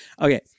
Okay